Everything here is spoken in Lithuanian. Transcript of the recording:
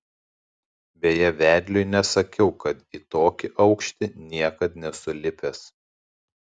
beje vedliui nesakiau kad į tokį aukštį niekad nesu lipęs